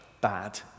bad